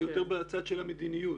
יותר בצד של המדיניות.